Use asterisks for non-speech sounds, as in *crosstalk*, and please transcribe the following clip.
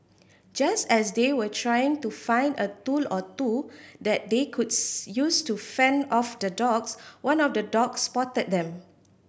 just as they were trying to find a tool or two that they could *unintelligible* use to fend off the dogs one of the dogs spotted them